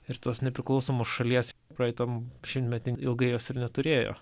ir tos nepriklausomos šalies praeitam šimtmety ilgai jos ir neturėjo